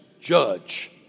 judge